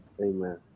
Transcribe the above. Amen